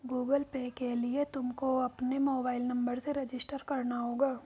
Google Pay के लिए तुमको अपने मोबाईल नंबर से रजिस्टर करना होगा